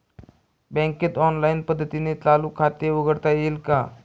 बँकेत ऑनलाईन पद्धतीने चालू खाते उघडता येईल का?